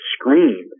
scream